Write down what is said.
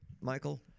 michael